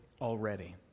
already